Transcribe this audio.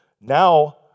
Now